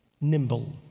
Nimble